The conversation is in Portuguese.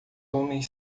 homens